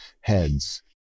heads